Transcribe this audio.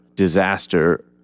disaster